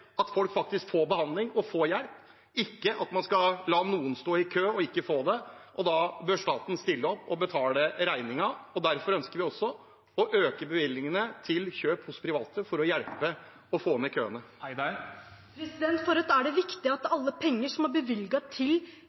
at folk faktisk får behandling og hjelp, ikke at man skal la noen stå i kø og ikke få det. Da bør staten stille opp og betale regningen. Derfor ønsker vi også å øke bevilgningene til kjøp hos private for å hjelpe med å få ned køene. For Rødt er det viktig at alle penger som er bevilget til